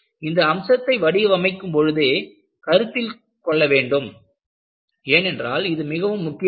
இந்த அம்சத்தை வடிவமைக்கும் பொழுதே கருத்தில் கொள்ள வேண்டும் ஏனென்றால் இது மிகவும் முக்கியமானது